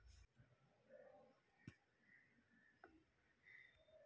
Online banking ఊపోయోగించి నేను నా సెల్ ఫోను ని రీఛార్జ్ చేసుకోవచ్చా?